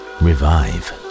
revive